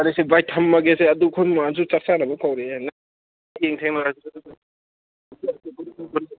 ꯑꯗꯨꯁꯦ ꯕꯥꯏ ꯊꯝꯃꯒꯦꯁꯦ ꯑꯗꯨ ꯑꯩꯈꯣꯏ ꯃꯥꯅꯁꯨ ꯆꯥꯛ ꯆꯥꯅꯕ ꯀꯧꯔꯛꯑꯦ ꯍꯌꯦꯡ ꯊꯦꯡꯅꯔꯁꯦ ꯑꯗꯨꯗꯤ